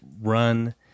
run